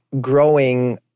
growing